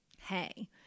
hey